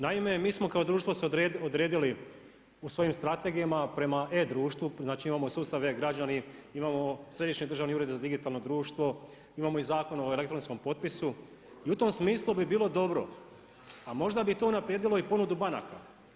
Naime, mi smo kao društvo se odredili u svojim strategijama prema e-društvu, znači imamo sustav E-građani, imamo Središnji državnu ured za digitalno društvo, imamo i Zakon o elektronskom potpisu i u tom smislu bi bilo dobro a možda bi to unaprijedilo i ponudu banaka.